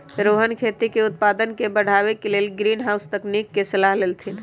रोहन खेती के उत्पादन के बढ़ावे के लेल ग्रीनहाउस तकनिक के सलाह देलथिन